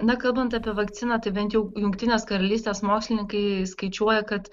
na kalbant apie vakciną tai bent jau jungtinės karalystės mokslininkai skaičiuoja kad